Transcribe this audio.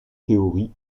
théorie